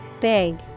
BIG